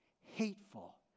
hateful